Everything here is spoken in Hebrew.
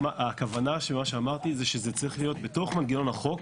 הכוונה של מה שאמרתי זה שזה צריך להיות בתוך מנגנון החוק,